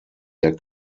der